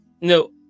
No